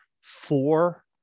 four